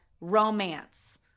romance